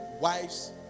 wives